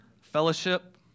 fellowship